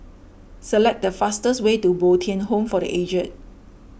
select the fastest way to Bo Tien Home for the Aged